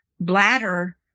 bladder